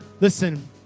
Listen